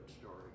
story